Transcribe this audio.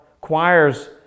choirs